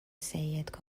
سید